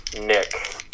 Nick